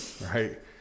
right